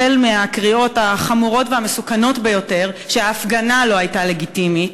החל בקריאות החמורות והמסוכנות ביותר שההפגנה לא הייתה לגיטימית,